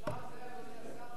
בשלב זה אין חילוקי דעות בינך לבין,